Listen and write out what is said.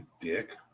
dick